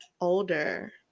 older